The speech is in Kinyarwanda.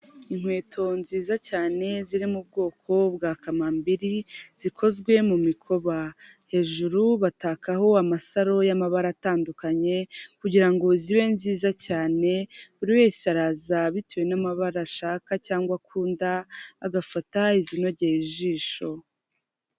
Inkweto nziza cyane ziri mu bwoko bwa kamambiri zikozwe mu mikoba, hejuru batakaho amasaro y'amabara atandukanye, kugirango zibe nziza cyane, buri wese araza bitewe n'amabara ashaka cyangwa akunda, agafata izinogeye ijisho.